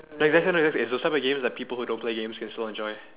no some of the games that people who don't play games can still enjoy